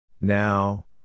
Now